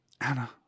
Anna